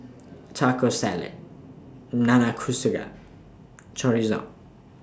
Taco Salad Nanakusa Chorizo